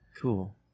cool